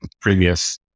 previous